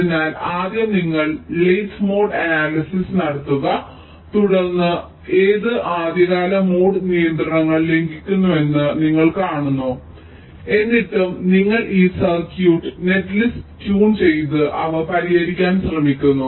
അതിനാൽ ആദ്യം നിങ്ങൾ ലേറ്റ് മോഡ് അനാലിസിസ് നടത്തുക തുടർന്ന് ഏത് ആദ്യകാല മോഡ് നിയന്ത്രണങ്ങൾ ലംഘിക്കുന്നുവെന്ന് നിങ്ങൾ കാണുന്നു എന്നിട്ടും നിങ്ങൾ ഈ സർക്യൂട്ട് നെറ്റ്ലിസ്റ്റ് ട്യൂൺ ചെയ്ത് അവ പരിഹരിക്കാൻ ശ്രമിക്കുന്നു